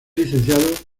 licenciado